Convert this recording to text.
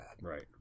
Right